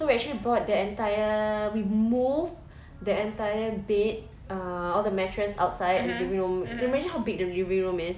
so we actually brought the entire uh we moved the entire bed uh all the mattress outside at living room imagine how big the living room is